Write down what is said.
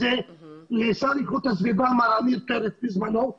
זה לשר איכות הסביבה עמיר פרץ בזמנו,